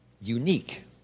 unique